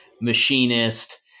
machinist